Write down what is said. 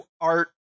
art